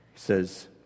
says